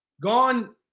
gone